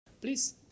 please